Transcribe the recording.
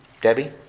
Debbie